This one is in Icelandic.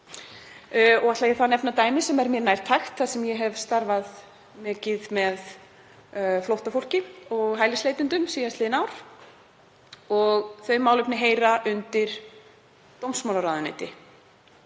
Ég ætla þá að nefna dæmi sem er mér nærtækt þar sem ég hef starfað með flóttafólki og hælisleitendum síðastliðin ár. Þau málefni heyra undir dómsmálaráðuneyti,